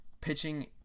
pitching